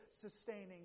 sustaining